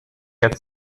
had